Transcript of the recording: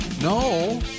No